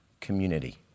community